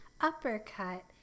Uppercut